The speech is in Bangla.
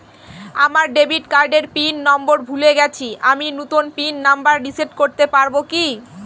আমার ডেবিট কার্ডের পিন নম্বর ভুলে গেছি আমি নূতন পিন নম্বর রিসেট করতে পারবো কি?